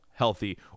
healthy